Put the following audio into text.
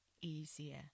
easier